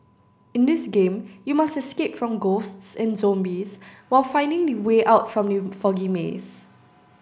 in this game you must escape from ghosts and zombies while finding the way out from the foggy maze